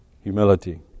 Humility